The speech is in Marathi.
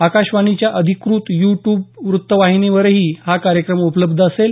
आकाशवाणीच्या अधिकृत यू ट्युब वृत्तवाहिनीवरही हा कार्यक्रम उपलब्ध असेल